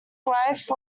wife